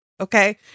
Okay